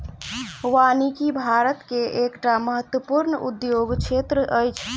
वानिकी भारत के एकटा महत्वपूर्ण उद्योग क्षेत्र अछि